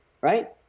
right